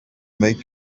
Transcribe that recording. make